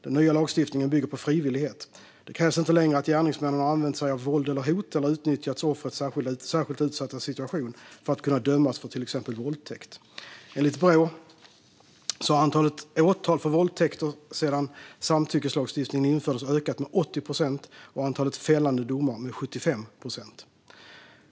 Den nya lagstiftningen bygger på frivillighet. Det krävs inte längre att gärningsmannen har använt sig av våld eller hot, eller utnyttjat offrets särskilt utsatta situation, för att kunna dömas för till exempel våldtäkt. Enligt Brå har antalet åtal för våldtäkter sedan samtyckeslagstiftningen infördes ökat med 80 procent och antalet fällande domar med 75 procent.